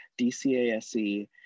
DCASE